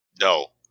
No